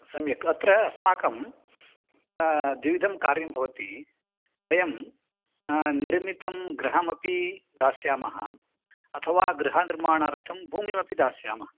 सम्यक् अत्र अस्माकं द्विविधं कार्यं भवति वयं निर्मितं गृहमपि दास्यामः अथवा गृहनिर्माणार्थं भूमिमपि दास्यामः